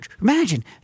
imagine